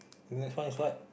the next one is what